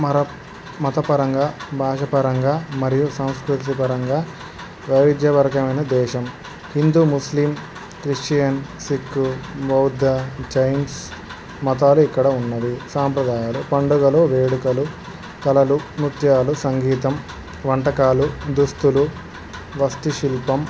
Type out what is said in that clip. మరి మతపరంగా భాషపరంగా మరియు సంస్కృతి పరంగా వైవిధ్యభరితమైన దేశం హిందూ ముస్లిం క్రిస్టియన్ సిక్కు బౌద్ధ జైన్స్ మతాలు ఇక్కడ ఉన్నవి సాంప్రదాయాలు పండుగలు వేడుకలు కళలు నృత్యాలు సంగీతం వంటకాలు దుస్తులు వస్తు శిల్పం